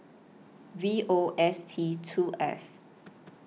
V O S T two F